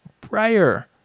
prior